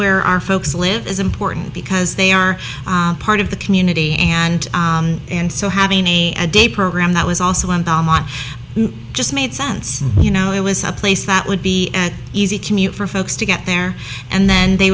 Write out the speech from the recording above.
where our folks live is important because they are part of the community and and so having me at day program that was also just made sense you know it was a place that would be an easy commute for folks to get there and then they